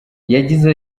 yagize